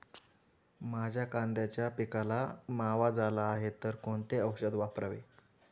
माझ्या कांद्याच्या पिकाला मावा झाला आहे तर कोणते औषध वापरावे?